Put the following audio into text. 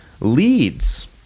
leads